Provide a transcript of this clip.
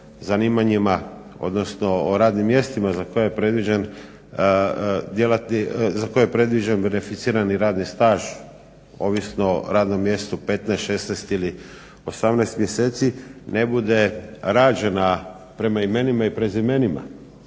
zanimanjima, odnosno o radnim mjestima za koja je predviđen beneficirani radni staž ovisno o radnom mjestu 15, 16 ili 18 mjeseci ne bude rađena prema imenima i prezimenima.